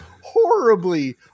horribly